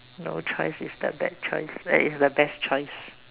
no choice is the bad choice err is the best choice